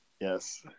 Yes